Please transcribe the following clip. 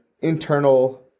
internal